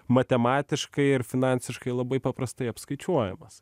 matematiškai ir finansiškai labai paprastai apskaičiuojamas